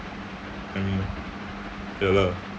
mm ya lah